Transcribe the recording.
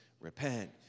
repent